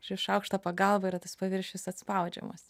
šio šaukšto pagalba yra tas paviršius atspaudžiamas